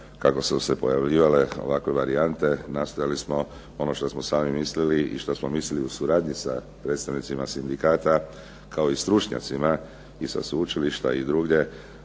kako su se pojavljivale ovakve varijante nastojali smo ono što smo sami mislili i što smo mislili u suradnji sa predstavnicima sindikata, i sa stručnjacima sa sveučilišta i drugdje,